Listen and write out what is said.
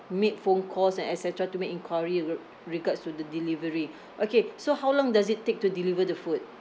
make phone calls and et cetera to make enquiry regards to the delivery okay so how long does it take to deliver the food